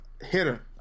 Hitter